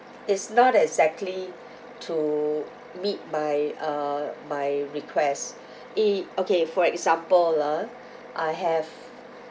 is not exactly to meet my uh my request it okay for example ah I have